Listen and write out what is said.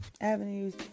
avenues